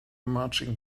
marching